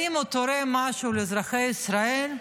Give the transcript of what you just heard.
האם הוא תורם משהו לאזרחי ישראל?